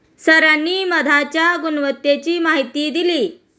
सरांनी मधाच्या गुणवत्तेची माहिती दिली